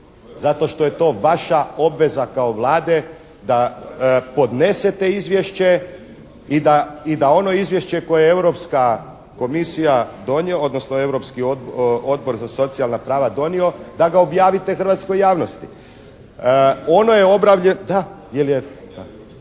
zato što je to vaša obveza kao Vlade da podnesete izvješće i da ono izvješće koje je Europska komisija, odnosno Europski odbor za socijalna prava donio da ga objavite hrvatskoj javnosti. Ono je, da jel je,